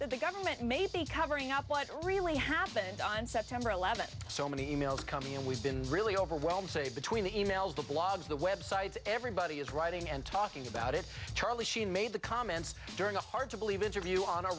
that the government may be covering up what really happened on september eleventh so many e mails coming in we've been really overwhelmed say between the e mails the blogs the websites everybody is writing and talking about it charlie sheen made the comments during a hard to believe interview on a